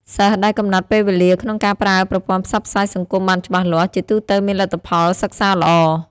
សិស្សដែលកំណត់ពេលវេលាក្នុងការប្រើប្រព័ន្ធផ្សព្វផ្សាយសង្គមបានច្បាស់លាស់ ជាទូទៅមានលទ្ធផលសិក្សាល្អ។